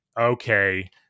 okay